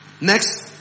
Next